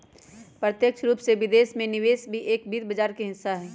प्रत्यक्ष रूप से विदेश में निवेश भी एक वित्त बाजार के हिस्सा हई